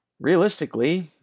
realistically